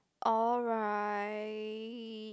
alright